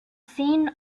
seen